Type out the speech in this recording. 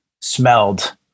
smelled